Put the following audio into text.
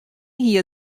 hie